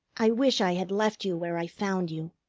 i wish i had left you where i found you.